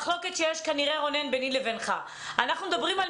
זאת, כנראה, מחלוקת שיש ביני לבינך, רונן.